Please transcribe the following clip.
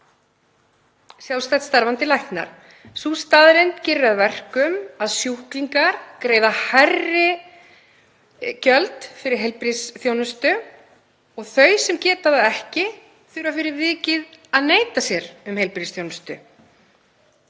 fimmta árið í röð. Sú staðreynd gerir að verkum að sjúklingar greiða hærri gjöld fyrir heilbrigðisþjónustu og þau sem geta það ekki þurfa fyrir vikið að neita sér um heilbrigðisþjónustu.